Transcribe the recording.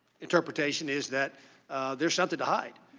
interpretation is that there is something to hide.